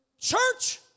church